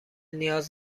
نیاز